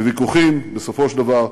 בוויכוחים, בסופו של דבר,